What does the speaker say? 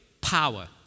power